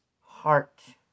Heart